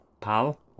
Pal